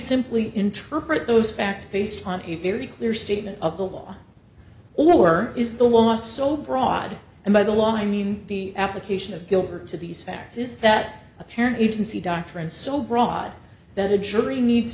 simply interpret those facts based on a very clear statement of the law or is the will are so broad and by the law i mean the application of guilt to these facts is that apparent agency doctrine so broad that a jury needs